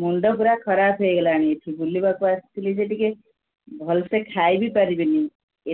ମୁଣ୍ଡ ପୁରା ଖରାପ ହୋଇଗଲାଣି ଏଠି ବୁଲିବାକୁ ଆସିଥିଲି ଯେ ଟିକେ ଭଲସେ ଖାଇବି ପାରିବିନି